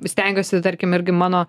stengiuosi tarkim irgi mano